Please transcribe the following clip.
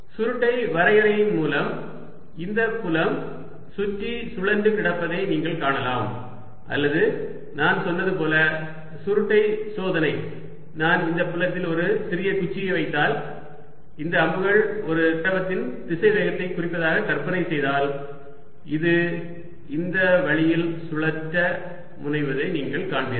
சுருட்டை வரையறையின் மூலம் இந்த புலம் சுற்றி சுழன்று கிடப்பதை நீங்கள் காணலாம் அல்லது நான் சொன்னது போல் சுருட்டை சோதனை நான் இந்த புலத்தில் ஒரு சிறிய குச்சியை வைத்தால் இந்த அம்புகள் ஒரு திரவத்தின் திசைவேகத்தை குறிப்பதாக கற்பனை செய்தால் இது இந்த வழியில் சுழற்ற முனைவதை நீங்கள் காண்பீர்கள்